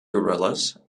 gorillas